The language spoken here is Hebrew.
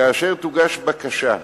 כאשר תוגש בקשה להירשם,